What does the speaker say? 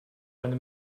eine